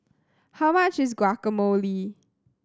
how much is Guacamole